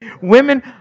women